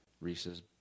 Reese's